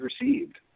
received